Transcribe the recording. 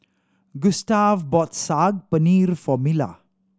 Gustave bought Saag Paneer for Mila